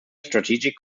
strategic